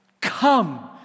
come